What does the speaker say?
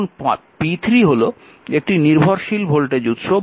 এখন p3 হল একটি নির্ভরশীল ভোল্টেজ উৎস